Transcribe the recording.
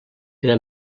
era